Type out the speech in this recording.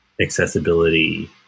accessibility